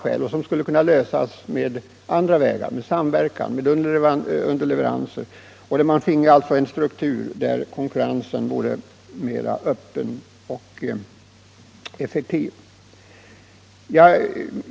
Problemen skulle nog kunna lösas på andra vägar — genom samverkan, genom underleveranser — så att man finge en struktur där konkurrensen var mera öppen och effektiv.